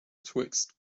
twixt